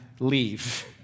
leave